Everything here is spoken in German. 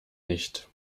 nicht